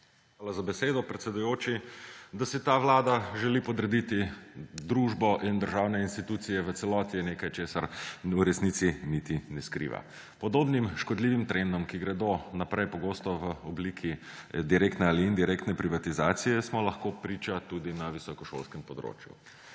Hvala za besedo, predsedujoči. Da si ta vlada želi podrediti družbo in državne institucije v celoti, je nekaj, česar v resnici niti ne skriva. Podobnim škodljivim trendom, ki gredo naprej pogosto v obliki direktne ali indirektne privatizacije, smo lahko priča tudi na visokošolskem področju.